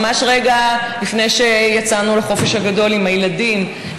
ממש רגע לפני שיצאנו לחופש הגדול עם הילדים,